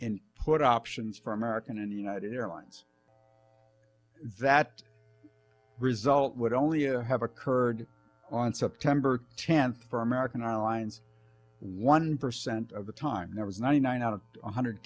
and put options for american and united airlines that result would only a have occurred on september tenth for american airlines one percent of the time there was ninety nine out of one hundred